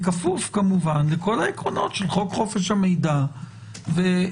בכפוף כמובן לכל העקרונות של חוק חופש המידע וכו'.